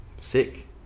sick